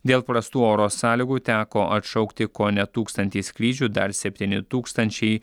dėl prastų oro sąlygų teko atšaukti kone tūkstantį skrydžių dar septyni tūkstančiai